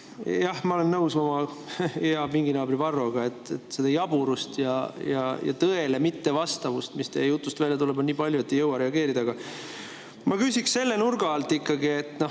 jah, ma olen nõus oma hea pinginaabri Varroga, et seda jaburust ja tõele mittevastavust, mis teie jutust välja tuleb, on nii palju, et ei jõua reageerida. Ma küsin selle nurga alt, et